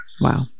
Wow